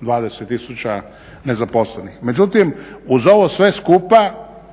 320 tisuća nezaposlenih. Međutim, uz ovo sve skupa